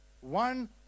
One